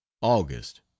august